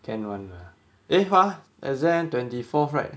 can one lah eh !huh! exam twenty fourth right